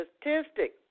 statistic